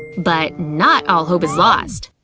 but not all hope is lost.